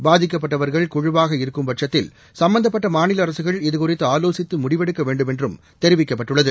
பாதிக்கப்பட்டவர்கள் குழுவாக இருக்கும்பட்சத்தில் சம்பந்தப்பட்ட மாநில அரசுகள் இது குறித்து ஆலோசித்து முடிவெடுக்க வேண்டுமென்றும் தொவிக்கப்பட்டுள்ளது